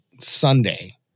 Sunday